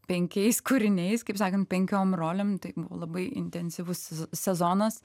penkiais kūriniais kaip sakant penkiom rolėm tai buvo labai intensyvus sezonas